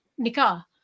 nikah